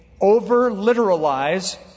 over-literalize